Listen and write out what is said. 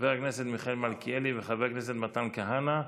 חבר הכנסת מיכאל מלכיאלי וחבר הכנסת מתן כהנא.